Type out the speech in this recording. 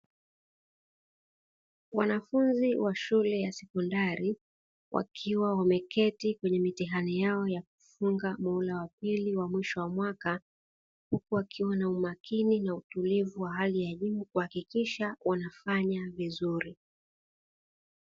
Wanafunzi wa shule ya sekondari wakiwa wameketi kwenye mitihani yao ya kufunga muhula wa pili wa mwisho wa mwaka, huku wakiwa na umakini na utulivu wa hali ya juu kuhakikisha wanafanya vizuri.